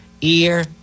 ear